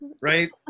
right